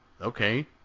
okay